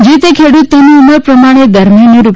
જે તે ખેડૂત તેની ઉંમર પ્રમાણે દર મહિને રૂ